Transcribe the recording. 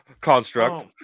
construct